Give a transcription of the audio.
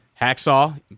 Hacksaw